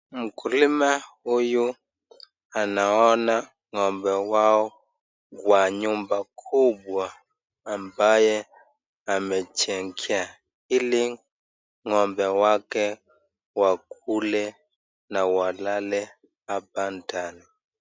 Mkulima huyu anaona ngo'mbe wao kwa nyumba kubwa ambaye amejengea hili ngo'mbe wake wakule na walale hapa ndani.